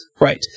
Right